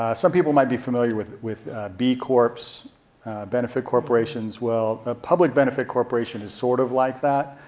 some people might be familiar with with b corps, benefit corporations, well a public benefit corporation is sort of like that.